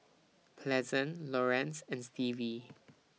Pleasant Laurence and Stevie